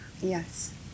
yes